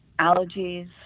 allergies